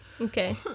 Okay